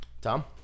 Tom